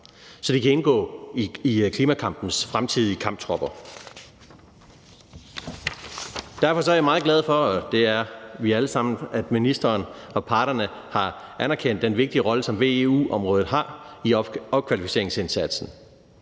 så de kan indgå som klimakampens fremtidige kamptropper. Derfor er jeg meget glad for, og det er vi alle sammen, at ministeren og parterne har anerkendt den vigtige rolle, som veu-området har i opkvalificeringsindsatsen.